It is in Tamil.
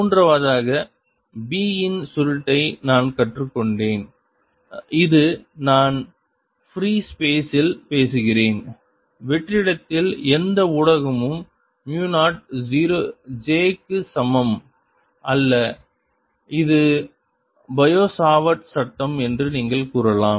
மூன்றாவதாக B இன் சுருட்டை நான் கற்றுக் கொண்டேன் இது நான் ஃப்ரீ ஸ்பேஸ் இல் பேசுகிறேன் வெற்றிடத்தில் எந்த ஊடகமும் மு 0 j க்கு சமம் அல்ல இது பயோ சாவர்ட் சட்டம் என்று நீங்கள் கூறலாம்